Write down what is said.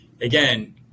again